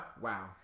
Wow